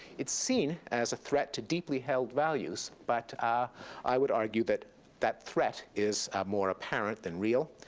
it's seen as a threat to deeply held values. but ah i would argue that that threat is more apparent than real.